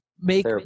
make